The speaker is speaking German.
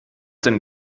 denn